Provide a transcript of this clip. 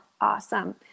awesome